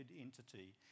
entity